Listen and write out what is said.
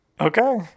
Okay